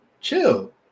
chill